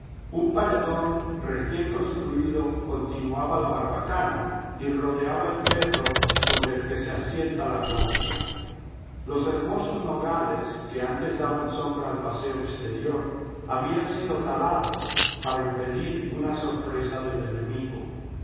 un paredón recién construido continuaba la barbacana y rodeaba el cerro sobre el que se asienta laguardia los hermosos nogales que antes daban sombra al paseo exterior habían sido talados para impedir una sorpresa del enemigo